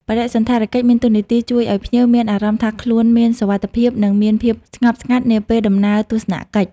បដិសណ្ឋារកិច្ចមានតួនាទីជួយឲ្យភ្ញៀវមានអារម្មណ៍ថាខ្លួនមានសុវត្ថិភាពនិងមានភាពស្ងប់ស្ងាត់នាពេលដំណើរទស្សនកិច្ច។